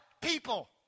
People